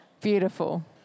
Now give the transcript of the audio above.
Beautiful